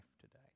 today